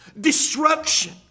destruction